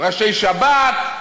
ראשי שב"כ,